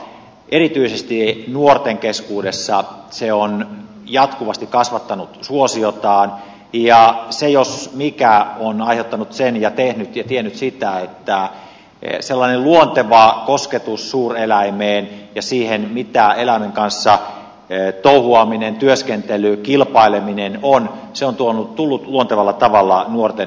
erityisesti nuorten keskuudessa se on jatkuvasti kasvattanut suosiotaan ja se jos mikä on aiheuttanut ja tehnyt ja tiennyt sitä että sellainen luonteva kosketus suureläimeen ja siihen mitä eläimen kanssa touhuaminen työskentely kilpaileminen on on tullut luontevalla tavalla nuorten mahdollisuudeksi